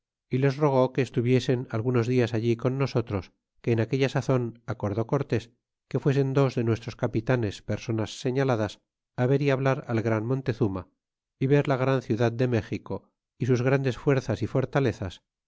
y les rogó que estuviesen algunos dias allí con nosotros que en aquella sazon acordó cortés que fuesen dos de nuestros capitanes personas señaladas ver y hablar al gran montezuma é ver la gran ciudad de méxico y sus grandes fuerzas y fortalezas